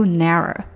narrow